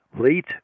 late